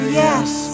yes